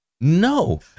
No